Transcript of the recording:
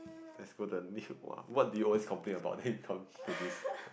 let's go to the next what do you always complain about let him comes to this